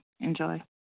Enjoy